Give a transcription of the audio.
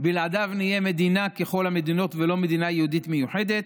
בלעדיו נהיה מדינה ככל המדינות ולא מדינה יהודית מיוחדת,